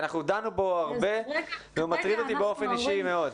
אנחנו דנו בו הרבה והוא באופן אישי מטריד אותי מאוד.